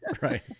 Right